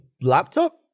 laptop